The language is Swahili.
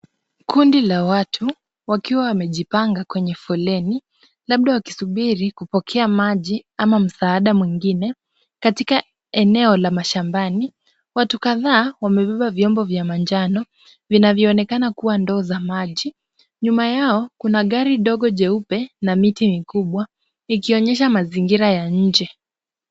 Kundi la watu wakiwa wamejipanga kwenye foleni labda wakisubiri kupokea maji ama msaada mwingine katika eneo la mashambani. Watu kadhaa wamebeba vyombo vya manjano vinavyoonekana kuwa ndoo za maji. Nyuma yao kuna gari dogo jeupe na miti mikubwa ikionyesha mazingira ya nje.